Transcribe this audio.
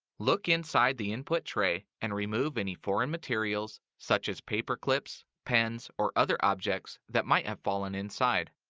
look inside the input tray and remove any foreign materials such as paper clips, pens, or other objects that might have fallen inside.